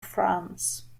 france